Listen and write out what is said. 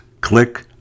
click